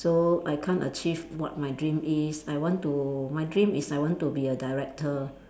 so I can't achieve what my dream is I want to my dream is I want to be a director